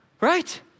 Right